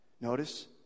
notice